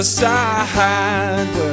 side